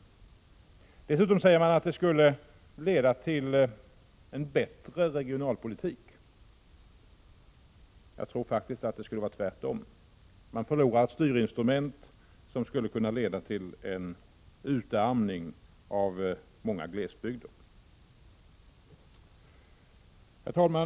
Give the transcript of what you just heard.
Moderaterna säger dessutom att detta skulle leda till en bättre regionalpolitik. Jag tror faktiskt att det skulle bli tvärtom. Man skulle förlora ett viktigt styrinstrument, vilket skulle kunna leda till en utarmning av många glesbygder. Fru talman!